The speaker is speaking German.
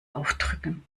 aufdrücken